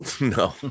no